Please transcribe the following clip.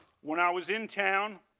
when i was in town,